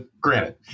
granted